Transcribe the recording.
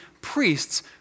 priests